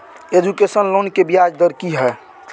Education loan के ब्याज दर की हय?